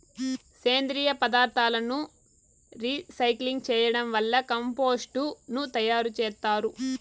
సేంద్రీయ పదార్థాలను రీసైక్లింగ్ చేయడం వల్ల కంపోస్టు ను తయారు చేత్తారు